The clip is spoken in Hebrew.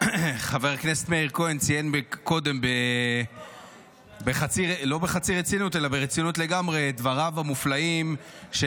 חבר הכנסת מאיר כהן ציין קודם ברצינות לגמרי את דבריו המופלאים של,